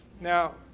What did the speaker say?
Now